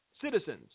citizens